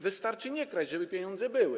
Wystarczy nie kraść, żeby pieniądze były.